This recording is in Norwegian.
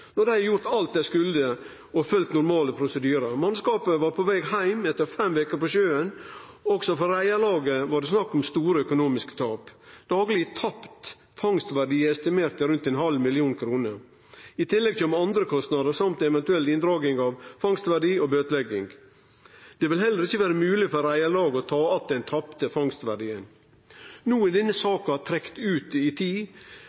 når dei har gjort alt dei skulle og følgt normale prosedyrar. Mannskapet var på veg heim etter fem veker på sjøen, og for reiarlaget var det snakk om store økonomiske tap. Dagleg tapt fangstverdi er estimert til rundt 500 000 kr. I tillegg kjem andre kostnader, samt eventuell inndraging av fangstverdi og bøtelegging. Det vil heller ikkje vere mogleg for reiarlaget å ta att den tapte fangstverdien. No har denne saka trekt ut i tid,